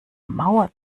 mauer